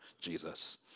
Jesus